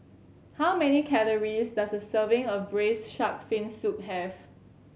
how many calories does a serving of Braised Shark Fin Soup have